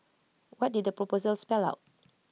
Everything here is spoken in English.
what did the proposal spell out